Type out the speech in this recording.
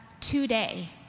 today